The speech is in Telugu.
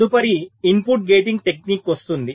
తదుపరి ఇన్పుట్ గేటింగ్ టెక్నిక్ వస్తుంది